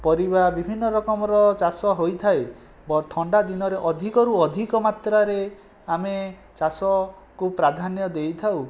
ପରିବା ବିଭିନ୍ନ ରକମର ଚାଷ ହୋଇଥାଏ ବା ଥଣ୍ଡା ଦିନରେ ଅଧିକରୁ ଅଧିକ ମାତ୍ରାରେ ଆମେ ଚାଷକୁ ପ୍ରାଧାନ୍ୟ ଦେଇଥାଉ